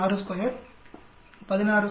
62 162 15